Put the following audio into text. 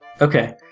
Okay